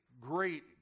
great